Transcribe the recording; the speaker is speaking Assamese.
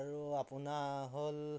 আৰু আপোনাৰ হ'ল